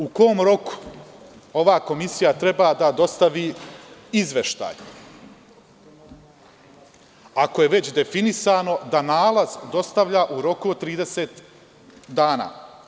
U kom roku ova komisija treba da dostavi izveštaj, ako je već definisano da nalaz dostavlja u roku od 30 dana?